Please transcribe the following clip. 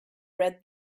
read